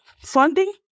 funding